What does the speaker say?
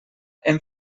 hem